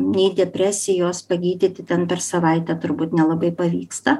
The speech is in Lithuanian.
nei depresijos pagydyti ten per savaitę turbūt nelabai pavyksta